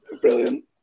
Brilliant